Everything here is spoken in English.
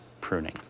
pruning